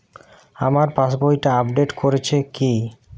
আমার পাশবইটা আপডেট হয়েছে কি?